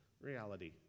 reality